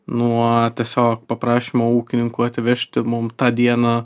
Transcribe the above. nuo tiesiog paprašėme ūkininkų atvežti mum tą dieną